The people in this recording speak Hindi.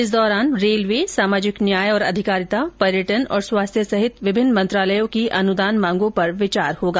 इस सत्र के दौरान रेलवे सामाजिक न्याय और अधिकारिता पर्यटन और स्वास्थ्य सहित विभिन्न मंत्रालयों की अनुदान मांगों पर विचार होगा